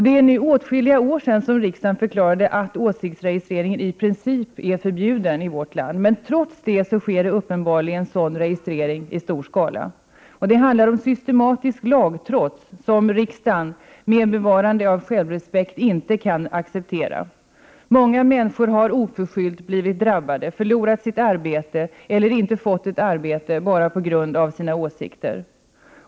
Det är nu åtskilliga år sedan riksdagen förklarade att åsiktsregistrering i princip är förbjuden i vårt land. Trots det sker det uppenbarligen en sådan registrering i stor skala. Det handlar om systematiskt lagtrots som riksdagen för bevarandet av självrespekten inte kan acceptera. Många människor har oförskyllt drabbats. De har förlorat sitt arbete eller inte fått ett arbete enbart på grund av sina åsikter.